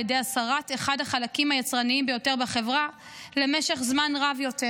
ידי הסרת אחד החלקים היצרניים ביותר בחברה למשך זמן רב יותר.